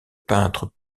peintre